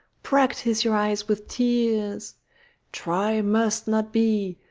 practise your eyes with tears. troy must not be,